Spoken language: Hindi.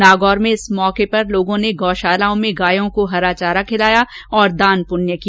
नागौर में इस अवसर पर लोगों ने गौशालाओं में गायों को हरा चारा खिलाया और दान पुण्य किया